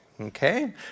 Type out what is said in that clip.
okay